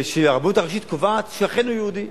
שהרבנות הראשית קובעת שאכן הוא יהודי.